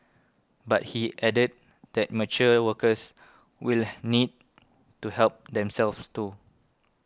but he added that mature workers will need to help themselves too